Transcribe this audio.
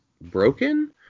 broken